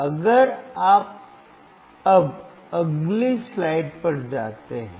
तो अगर आप अब अगली स्लाइड पर जाते हैं